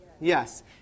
Yes